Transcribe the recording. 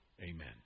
Amen